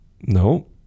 no